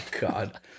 God